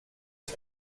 des